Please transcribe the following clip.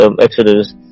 Exodus